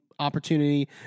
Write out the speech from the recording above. opportunity